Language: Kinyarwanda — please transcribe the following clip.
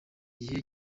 gihe